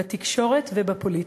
בתקשורת ובפוליטיקה,